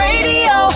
Radio